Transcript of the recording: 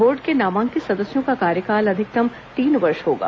board के नामांकित सदस्यों का कार्यकाल अधिकतम तीन वर्ष होगा